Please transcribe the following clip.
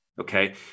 Okay